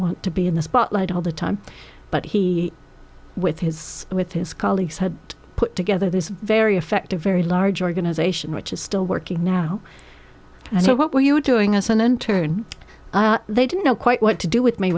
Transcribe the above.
want to be in the spotlight all the time but he with his with his colleagues had put together this very effective very large organization which is still working now and so what were you doing as an intern they didn't know quite what to do with me